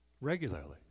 regularly